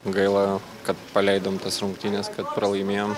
gaila kad paleidom tas rungtynes kad pralaimėjom